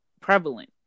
prevalent